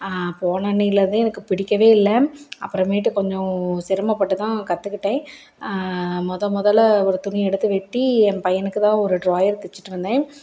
போன அன்றையிலேருந்தே எனக்கு பிடிக்கவே இல்லை அப்புறமேட்டு கொஞ்சம் சிரமப்பட்டுதான் கற்றுக்கிட்டேன் மொதல் மொதலில் ஒரு துணி எடுத்து வெட்டி என் பையனுக்குதான் ஒரு ட்ராயர் தச்சுட்டு வந்தேன்